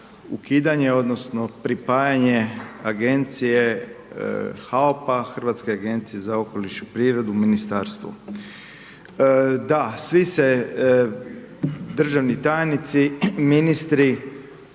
ukidanje odnosno pripajanje Agencije HAOP-a Hrvatske agencije za okoliš i prirodu u Ministarstvu. Da, svi se državni tajnici, ministri,